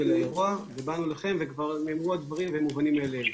האירוע וכבר נאמרו הדברים והם מובנים מאליהם.